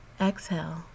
exhale